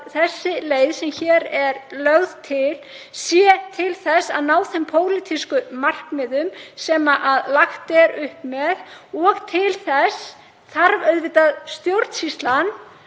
að sú leið sem hér er lögð til sé til þess að ná þeim pólitísku markmiðum sem lagt er upp með og til þess þarf stjórnsýslan